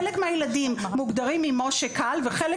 וחלק מהילדים מוגדרים קל, וחלק